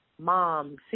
mom